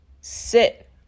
sit